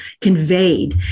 conveyed